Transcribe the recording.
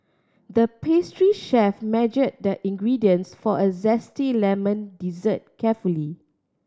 the pastry chef measure the ingredients for a zesty lemon dessert carefully